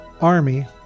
army